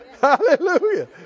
Hallelujah